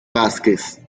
vázquez